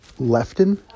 Lefton